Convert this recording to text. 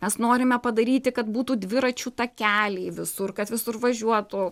mes norime padaryti kad būtų dviračių takeliai visur kad visur važiuotų